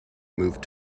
moved